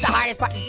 hardest part? and